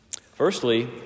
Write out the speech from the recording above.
Firstly